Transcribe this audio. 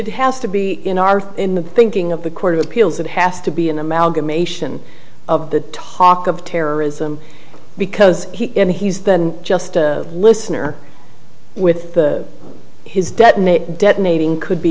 it has to be in our in the thinking of the court of appeals it has to be an amalgamation of the talk of terrorism because he's then just a listener with the his detonate detonating could